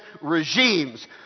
regimes